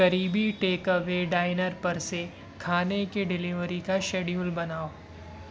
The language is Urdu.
قریبی ٹیک اوے ڈائنر پر سے کھانے کی ڈیلیوری کا شیڈول بناؤ